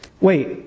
Wait